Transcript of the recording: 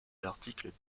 l’article